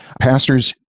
pastors